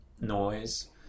noise